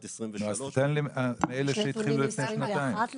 2023. אז תן לי מאלה שהתחילו לפני שנתיים.